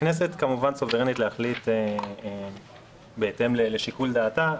הכנסת כמובן סוברנית להחליט בהתאם לשיקול דעתה,